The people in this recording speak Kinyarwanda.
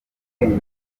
inzoga